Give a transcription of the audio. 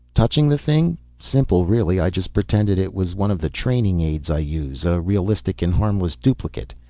touching the thing. simple, really. i just pretended it was one of the training aids i use, a realistic and harmless duplicate.